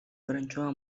wręczyła